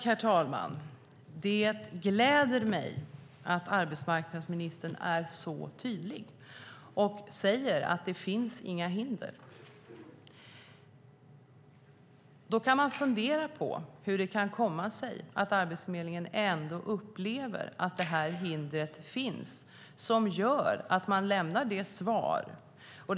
Herr talman! Det gläder mig att arbetsmarknadsministern är så tydlig och säger att det inte finns några hinder. Då kan man fundera på hur det kan komma sig att Arbetsförmedlingen ändå upplever att det här hindret finns som gör att man lämnar det svar man gör.